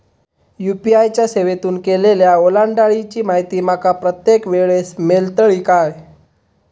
UPI च्या सेवेतून केलेल्या ओलांडाळीची माहिती माका प्रत्येक वेळेस मेलतळी काय?